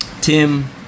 Tim